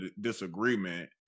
disagreement